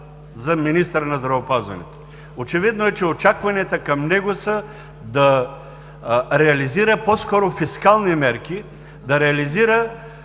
за министър на здравеопазването. Очевидно е, че очакванията към него са да реализира по-скоро фискални мерки, да реализира